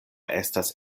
estas